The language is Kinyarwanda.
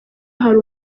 hari